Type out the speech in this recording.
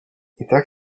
итак